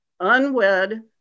unwed